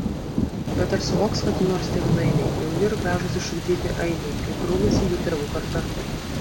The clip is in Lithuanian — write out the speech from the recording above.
bet ar suvoks kada nors tėvynainiai jauni ir gražūs išugdyti ainiai kaip grūmėsi jų tėvų karta